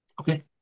Okay